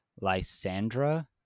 Lysandra